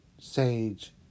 sage